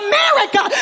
America